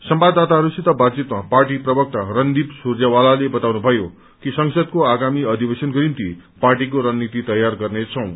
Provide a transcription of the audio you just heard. संवाददाताहरूसित बातचितमा पार्टी प्रवक्ता रणदीप सूरजेवालाले बताउनु भयो कि संसदको आगामी अधिवेशनको निम्ति पार्टीको रणनीति तयार गर्नेछौं